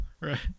right